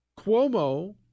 Cuomo